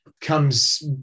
comes